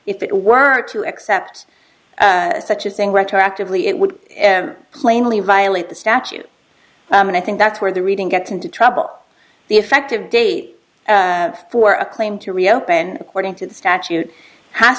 if it were to accept such a thing retroactively it would plainly violate the statute and i think that's where the reading gets into trouble the effective date for a claim to reopen according to the statute h